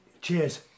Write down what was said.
Cheers